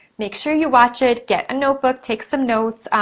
make sure you watch it, get a notebook, take some notes.